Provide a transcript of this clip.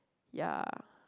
ya